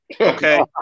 okay